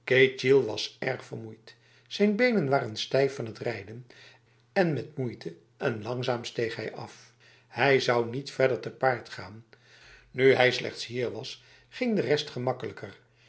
ketjil was erg vermoeid zijn benen waren stijf van t rijden en met moeite en langzaam steeg hij af hij zou niet verder te paard gaan nu hij slechts hier was ging de rest gemakkelijker